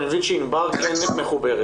אני מבין שענבר כן מחוברת.